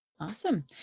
awesome